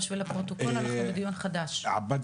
אבל אני פתוחה לנהל דיון פתוח ולהבין